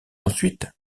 ensuite